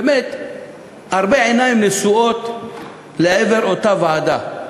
באמת הרבה, העיניים נשואות לעבר אותה ועדה,